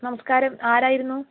നമസ്കാരം ആരായിരുന്നു